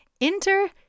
enter